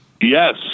Yes